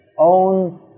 own